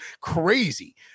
crazy